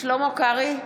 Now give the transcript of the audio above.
שלמה קרעי,